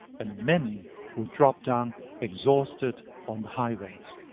and men will drop down exhausted on the highways.